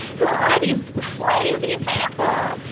who are these crazy people!